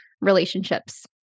relationships